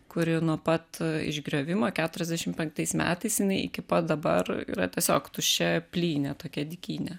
kuri nuo pat išgriovimo keturiasdešim penktais metais jinai iki pat dabar yra tiesiog tuščia plynė tokia dykynė